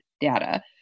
data